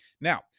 Now